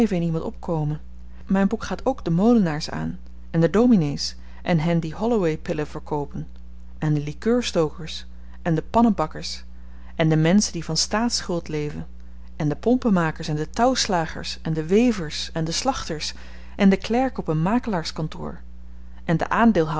iemand opkomen myn boek gaat ook de molenaars aan en de dominees en hen die hollowaypillen verkoopen en de likeurstokers en de pannenbakkers en de menschen die van staatsschuld leven en de pompenmakers en de touwslagers en de wevers en de slachters en de klerken op een makelaarskantoor en de aandeelhouders